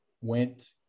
went